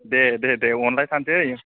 दे दे दे अनलायखानोसै